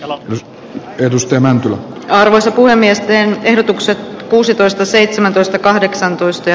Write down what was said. alan edistämään arvoisa puhemies teen ehdotuksen kuusitoista seitsemäntoista kahdeksantoista